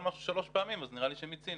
משהו שלוש פעמים אז נראה לי שמיצינו.